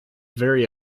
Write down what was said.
very